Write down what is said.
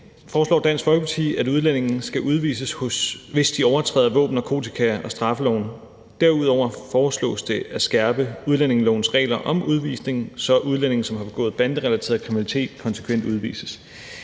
foreslår Dansk Folkeparti, at udlændinge skal udvises, hvis de overtræder våben-, narkotika- og straffeloven. Derudover foreslås det at skærpe udlændingelovens regler om udvisning, så udlændinge, som har begået banderelateret kriminalitet, konsekvent udvises.